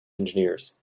engineers